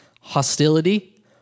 Hostility